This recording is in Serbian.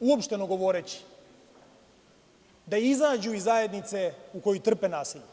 uopšteno govoreći, da izađu iz zajednice u kojoj trpe nasilje.